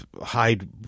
Hide